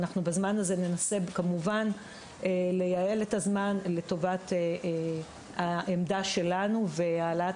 בזמן הזה ננסה לייעל את הזמן לטובת העמדה שלנו והעלאת